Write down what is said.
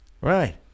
Right